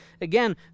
Again